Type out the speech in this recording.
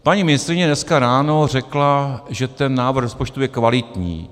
Paní ministryně dneska ráno řekla, že ten návrh rozpočtu je kvalitní.